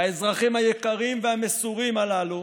והאזרחים היקרים והמסורים הללו